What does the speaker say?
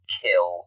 kill